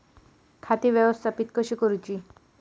खाती व्यवस्थापित कशी करूची?